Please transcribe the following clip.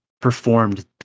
performed